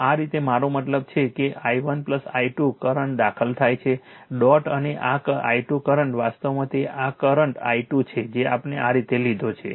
તો આ રીતે મારો મતલબ છે એટલે કે i1 i2 કરંટ દાખલ થાય છે ડોટ અને આ i2 કરંટ વાસ્તવમાં તે આ કરંટ i2 છે જે આપણે આ રીતે લીધો છે